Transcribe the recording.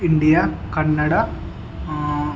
India Canada